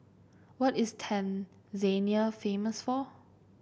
what is Tanzania famous for